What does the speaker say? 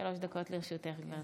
שלוש דקות לרשותך, גברתי.